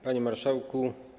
Panie Marszałku!